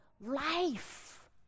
life